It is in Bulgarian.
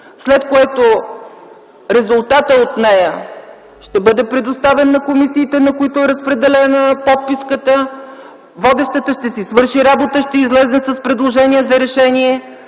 след което резултатът от нея ще бъде предоставен на комисиите, на които е разпределена подписката, водещата ще си свърши работата - ще излезе с предложение за решение,